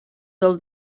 del